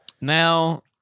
Now